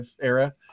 era